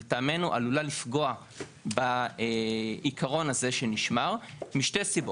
לטעמנו עלולה לפגוע בעיקרון הזה שנשמר משתי סיבות.